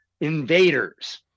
invaders